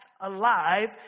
alive